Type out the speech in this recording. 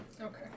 Okay